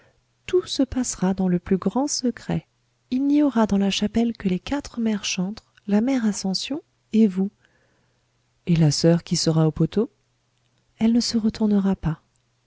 tout se passera dans le plus grand secret il n'y aura dans la chapelle que les quatre mères chantres la mère ascension et vous et la soeur qui sera au poteau elle ne se retournera pas